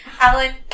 Alan